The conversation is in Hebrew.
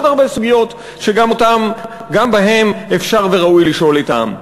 הרבה סוגיות שגם בהן אפשר וראוי לשאול את העם?